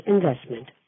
Investment